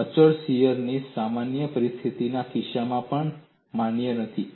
અચળ શીયરની સામાન્ય પરિસ્થિતિના કિસ્સામાં પણ માન્ય નથી